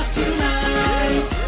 tonight